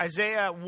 Isaiah